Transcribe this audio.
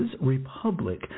Republic